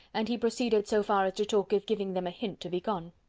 and he proceeded so far as to talk of giving them a hint to be gone.